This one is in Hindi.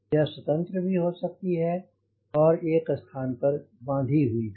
यह स्वतंत्र भी हो सकती है और एक स्थान पर बांधी हुई भी